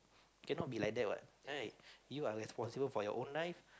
cannot be like that what right you are responsible for your own life